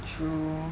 true